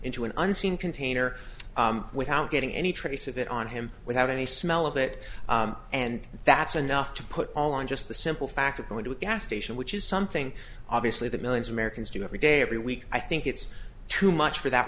into an unseen container without getting any trace of it on him without any smell of it and that's enough to put on just the simple fact of going to gas station which is something obviously that millions of americans do every day every week i think it's too much for that